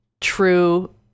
true